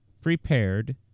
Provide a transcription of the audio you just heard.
prepared